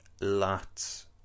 lots